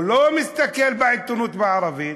הוא לא מסתכל בעיתונות בערבית.